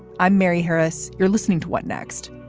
i'm mary harris. you're listening to what next.